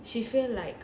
she feel like